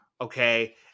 Okay